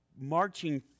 marching